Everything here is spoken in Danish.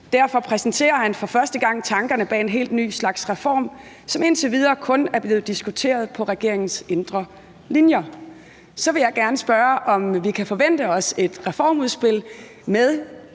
»Derfor præsenterer han for første gang tankerne bag en helt ny slags reform. Som indtil videre kun er blevet diskuteret på regeringens indre linjer.« Så vil jeg gerne spørge, om vi kan forvente et reformudspil med